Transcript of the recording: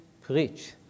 preach